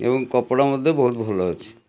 ଏବଂ କପଡ଼ା ମଧ୍ୟ ବହୁତ ଭଲ ଅଛି